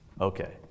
Okay